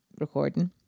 recording